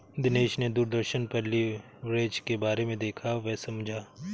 दिनेश ने दूरदर्शन पर लिवरेज के बारे में देखा वह समझा